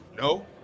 No